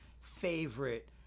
favorite